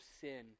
sin